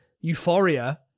euphoria